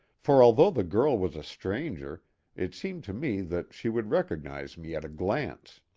for although the girl was a stranger it seemed to me that she would recognize me at a glance.